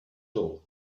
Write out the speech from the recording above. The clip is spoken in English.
door